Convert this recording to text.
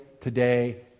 today